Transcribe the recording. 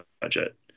budget